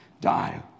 die